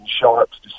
Sharp's